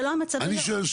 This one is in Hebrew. זה לא המצב היום.